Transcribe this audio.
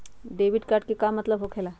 Debit card के का मतलब होकेला?